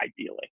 ideally